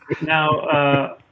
Now